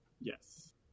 Yes